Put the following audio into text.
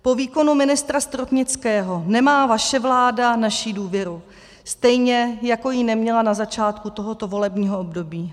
Po výkonu ministra Stropnického nemá vaše vláda naši důvěru, stejně jako ji neměla na začátku tohoto volebního období.